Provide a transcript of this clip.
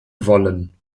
wollen